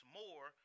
more